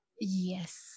yes